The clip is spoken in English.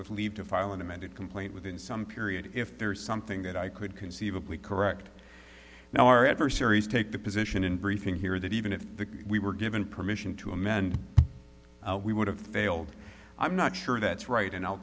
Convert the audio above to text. with leave to file an amended complaint within some period if there is something that i could conceivably correct now our adversaries take the position in briefing here that even if the we were given permission to amend we would have failed i'm not sure that's right and i'll